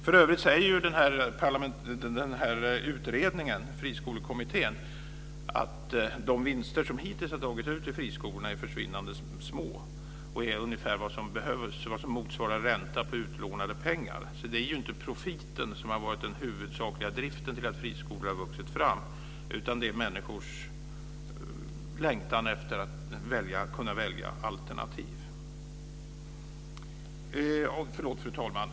För övrigt säger Friskolekommittén att de vinster som hittills har tagits ut ur friskolorna är försvinnande små. Det är ungefär vad som motsvarar ränta på utlånade pengar. Så det är ju inte profiten som har varit den huvudsakliga driften bakom att friskolor har vuxit fram, utan det är människors längtan efter att kunna välja alternativ.